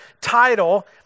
title